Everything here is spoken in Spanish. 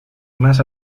más